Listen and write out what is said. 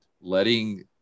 letting